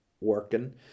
working